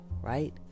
right